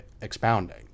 expounding